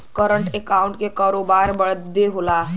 current account करोबार बदे होला